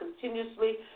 continuously